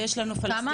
ויש לנו פלסטינים.